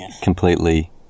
completely